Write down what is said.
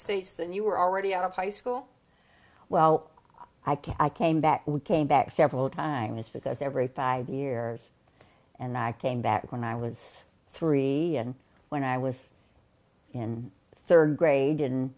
states and you were already out of high school well i came back we came back several times because every five years and i came back when i was three and when i was in third grade in